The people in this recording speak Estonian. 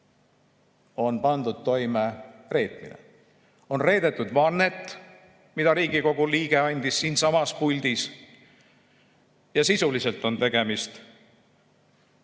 on pandud toime reetmine. On reedetud vannet, mida Riigikogu liige andis siinsamas puldis. Sisuliselt on tegemist